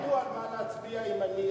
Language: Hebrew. איך הם ידעו על מה להצביע אם אני,